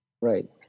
right